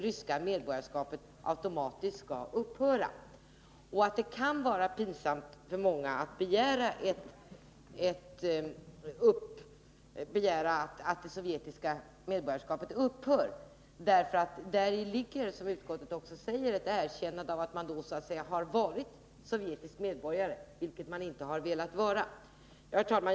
För många kan det vara pinsamt att begära att det sovjetiska medborgarskapet skall upphöra. 185 Däri ligger ju, som utskottet också skriver, ett erkännande av att man då så att säga har varit sovjetisk medborgare, vilket man inte velat vara. Herr talman!